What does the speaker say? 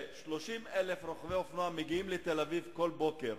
ש-30,000 רוכבי אופנוע מגיעים לתל-אביב כל בוקר,